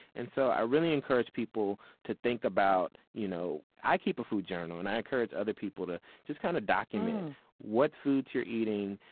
and so i really encourage people to think about you know, i keep a food journal and i encourage other people to kind of document what foods you're eating,